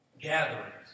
gatherings